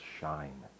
shine